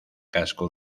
casco